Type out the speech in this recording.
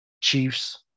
Chiefs